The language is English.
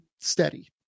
steady